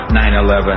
9/11